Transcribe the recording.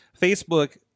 Facebook